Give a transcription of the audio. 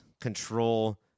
control